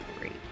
Great